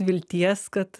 vilties kad